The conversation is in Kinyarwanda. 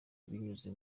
binyuze